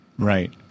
Right